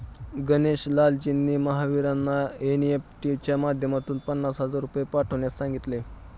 गणेश लालजींनी महावीरांना एन.ई.एफ.टी च्या माध्यमातून पन्नास हजार रुपये पाठवण्यास सांगितले